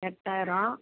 எட்டாயிரம்